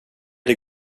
det